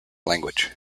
language